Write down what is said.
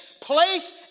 place